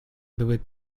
były